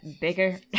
bigger